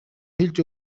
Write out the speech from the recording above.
хэлж